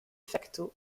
facto